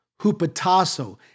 Hupatasso